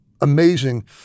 amazing